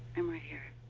i'm right here.